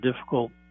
difficult